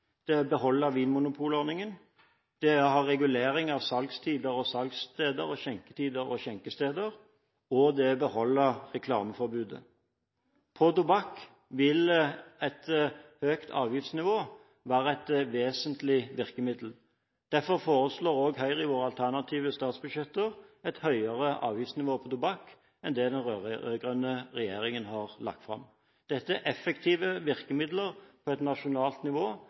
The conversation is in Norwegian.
å beholde vinmonopolordningen. Det er å ha regulering av salgstider og salgssteder og skjenketider og skjenkesteder, og det er å beholde reklameforbudet. På området tobakk vil et høyt avgiftsnivå være et vesentlig virkemiddel. Derfor foreslår også Høyre i sine alternative statsbudsjetter et høyere avgiftsnivå på tobakk enn det den rød-grønne regjeringen har lagt fram. Dette er effektive virkemidler på et nasjonalt nivå